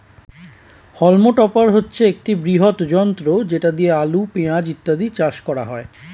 হল্ম topper হচ্ছে একটি বৃহৎ যন্ত্র যেটা দিয়ে আলু, পেঁয়াজ ইত্যাদি চাষ করা হয়